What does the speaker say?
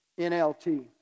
NLT